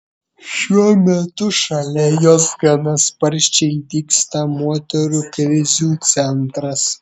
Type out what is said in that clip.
šiuo metu šalia jos gana sparčiai dygsta moterų krizių centras